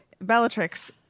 Bellatrix